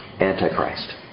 Antichrist